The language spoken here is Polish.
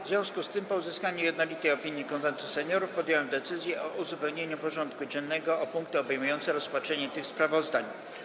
W związku z tym, po uzyskaniu jednolitej opinii Konwentu Seniorów, podjąłem decyzję o uzupełnieniu porządku dziennego o punkty obejmujące rozpatrzenie tych sprawozdań.